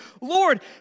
Lord